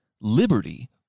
liberty